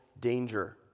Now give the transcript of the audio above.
danger